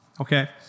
okay